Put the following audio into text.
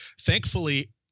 thankfully